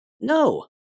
No